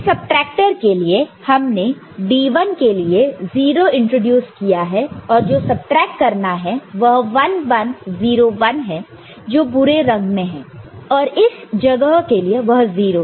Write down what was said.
तो इस सबट्रैक्टर के लिए हमने D1 के लिए 0 इंट्रोड्यूस किया है और जो सबट्रैक्ट करना है वह 1 1 0 1 है जो भूरे रंग में है और इस जगह के लिए वह 0 है